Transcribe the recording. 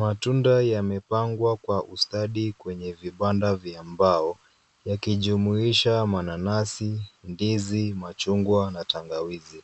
Matunda yamepangwa kwa ustadi juu ya vipande vya mbao, yakiwemo mananasi, ndizi, machungwa na tangawizi.